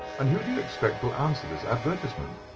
and who do you expect will answer this advertisement.